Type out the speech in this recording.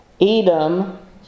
Edom